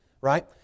right